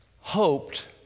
hoped